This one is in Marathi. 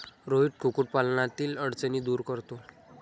रोहित कुक्कुटपालनातील अडचणी दूर करतो